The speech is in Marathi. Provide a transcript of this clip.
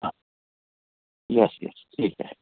हां येस येस ठीक आहे